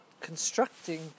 constructing